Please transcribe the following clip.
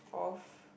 of